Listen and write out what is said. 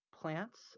plants